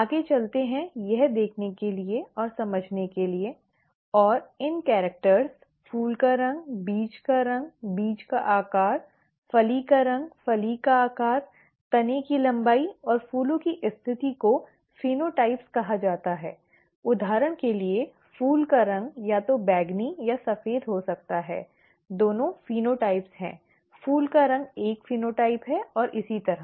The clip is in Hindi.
आगे चलते हैं यह देखने के लिए और समझाने के लिए और इन कैरिक्टर फूल का रंग बीज का रंग बीज का आकार फली का रंग फली का आकार तने की लंबाई और फूलों की स्थिति को फेनोटाइप'phenotypes' कहा जाता है उदाहरण के लिए फूल का रंग या तो बैंगनी या सफेद हो सकता है दोनों फेनोटाइप हैं फूल का रंग एक फेनोटाइप है और इसी तरह